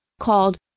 called